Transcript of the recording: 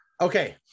Okay